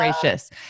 gracious